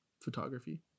photography